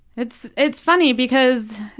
it's it's funny because,